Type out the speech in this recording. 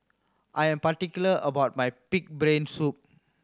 I am particular about my pig brain soup